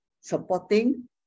supporting